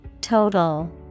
Total